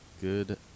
good